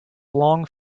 long